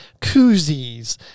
koozies